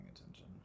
attention